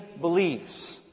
believes